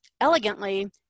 elegantly